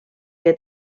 que